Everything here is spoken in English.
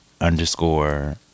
underscore